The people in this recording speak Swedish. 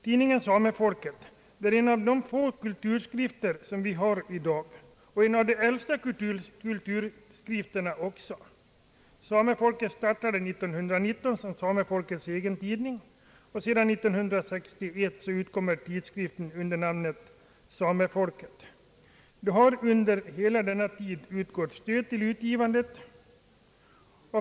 Tidningen Samefolket är en av de få kulturtidskrifter vi har i vårt land i dag och samtidigt en av de äldsta. Tidningen startade 1919 som Samefolkets egen tidning, och sedan 1961 utkommer tidskriften under namnet Samefolket. Under hela denna tid bar stöd utgått till utgivandet.